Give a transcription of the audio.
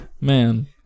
man